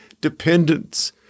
dependence